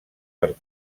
per